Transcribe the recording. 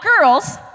girls